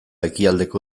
ekialdeko